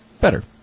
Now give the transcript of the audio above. Better